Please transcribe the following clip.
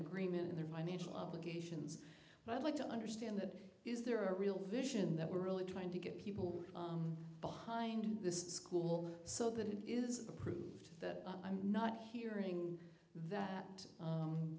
agreement in their financial obligations but i'd like to understand that is there a real vision that we're really trying to get people behind the school so that it is approved that i'm not hearing that